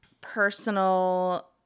personal